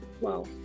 wow